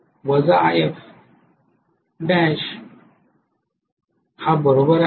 तर 240−0